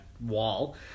wall